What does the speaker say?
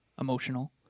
emotional